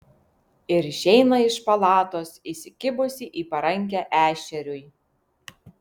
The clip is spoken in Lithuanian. ir išeina iš palatos įsikibusi į parankę ešeriui